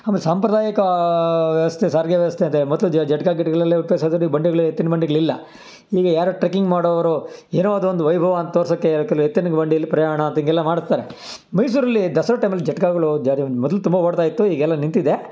ಆಮೇಲೆ ಸಾಂಪ್ರದಾಯಿಕ ವ್ಯವಸ್ಥೆ ಸಾರಿಗೆ ವ್ಯವಸ್ಥೆ ಇದೆ ಮತ್ತು ಜಟಕಾ ಗಾಡಿಗಳಲ್ಲೇ ಹೋಗ್ತಾ ಎತ್ತಿನ ಬಂಡಿಗಳೇ ಎತ್ತಿನ ಬಂಡಿಗಳಿಲ್ಲ ಈಗ ಯಾರೋ ಟ್ರೆಕ್ಕಿಂಗ್ ಮಾಡೋವ್ರು ಏನೋ ಅದೊಂದು ವೈಭವ ಅಂತ ತೋರ್ಸಕ್ಕೆ ಕೆಲವು ಎತ್ತಿನ ಬಂಡಿಯಲ್ಲಿ ಪ್ರಯಾಣ ಅಂತ ಹಿಂಗೆಲ್ಲ ಮಾಡಿಸ್ತಾರೆ ಮೈಸೂರಲ್ಲಿ ದಸರಾ ಟೈಮಲ್ಲಿ ಜಟಕಾಗಳು ಮೊದ್ಲು ತುಂಬ ಓಡ್ತಾ ಇತ್ತು ಈಗೆಲ್ಲ ನಿಂತಿದೆ